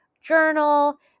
journal